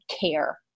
care